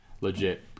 legit